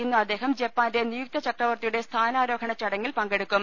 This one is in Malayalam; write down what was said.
ഇന്ന് അദ്ദേഹം ജപ്പാന്റെ നിയുക്ത ചക്രവർത്തി യുടെ സ്ഥാനാരോഹണ ചടങ്ങിൽ പങ്കെടുക്കും